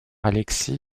alexis